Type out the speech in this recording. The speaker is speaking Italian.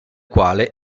quale